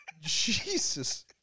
Jesus